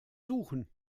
suchen